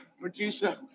producer